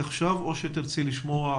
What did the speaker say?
סונדוס,